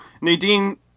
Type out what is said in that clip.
Nadine